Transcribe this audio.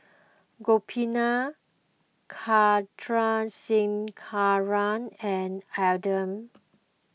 Gopinath Chandrasekaran and